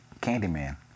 Candyman